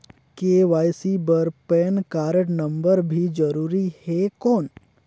KYC बर PAN card number भी जरूरी हे कौन?